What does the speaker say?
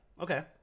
okay